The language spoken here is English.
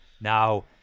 Now